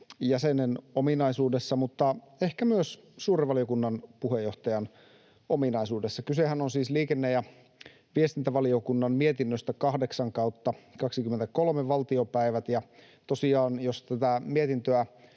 jäsenen ominaisuudessa mutta ehkä myös suuren valiokunnan puheenjohtajan ominaisuudessa. Kysehän on siis liikenne- ja viestintävaliokunnan mietinnöstä 8/2023 vp. Tosiaan, jos tätä mietintöä